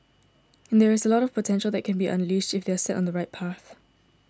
and there is a lot of potential that can be unleashed if they are set on the right path